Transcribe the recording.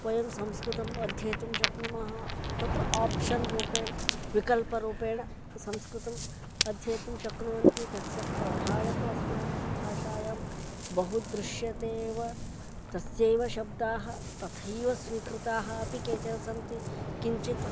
वयं संस्कृतम् अध्येतुं शक्नुमः तत्र आप्शन् रूपेण विकल्परूपेण संस्कृतम् अध्येतुं शक्नुवन्ति तस्य प्रभावः तु अस्माकं भाषायां बहु दृश्यते एव तस्यैव शब्दाः तथैव स्वीकृताः अपि केचन सन्ति किञ्चित्